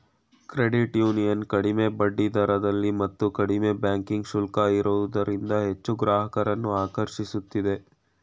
credit union ಕಡಿಮೆ ಬಡ್ಡಿದರದಲ್ಲಿ ಮತ್ತು ಕಡಿಮೆ ಬ್ಯಾಂಕಿಂಗ್ ಶುಲ್ಕ ಇರೋದ್ರಿಂದ ಹೆಚ್ಚು ಗ್ರಾಹಕರನ್ನು ಆಕರ್ಷಿಸುತ್ತಿದೆ